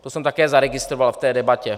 To jsem také zaregistroval v té debatě.